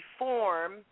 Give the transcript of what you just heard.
reform